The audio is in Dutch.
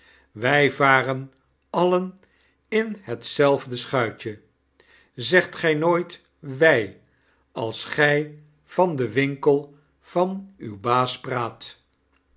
wij varen alien in hetzelfde schuitje zegt gij nooit wij als gij van den winkel van uw